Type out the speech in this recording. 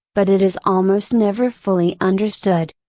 but it is almost never fully understood.